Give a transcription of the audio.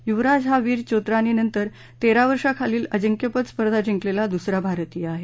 युवराज हा वीर चोत्रानी नंतर तेरा वर्षांखालील अजिंक्यपद स्पर्धा जिंकलेला दुसरा भारतीय आहे